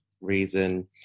reason